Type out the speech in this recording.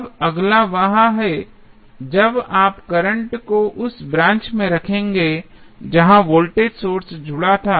अब अगला वह है जब आप करंट को उस ब्रांच में रखेंगे जहां वोल्टेज सोर्स जुड़ा था